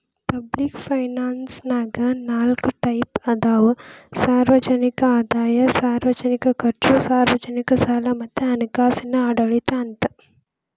public ಫೈನಾನ್ಸನ್ಯಾಗ ನಾಲ್ಕ್ type ಅದಾವ ಸಾರ್ವಜನಿಕ ಆದಾಯ ಸಾರ್ವಜನಿಕ ಖರ್ಚು ಸಾರ್ವಜನಿಕ ಸಾಲ ಮತ್ತ ಹಣಕಾಸಿನ ಆಡಳಿತ ಅಂತ